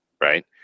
Right